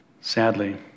Sadly